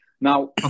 Now